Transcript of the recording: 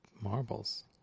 Marbles